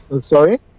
sorry